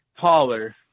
taller